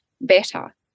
better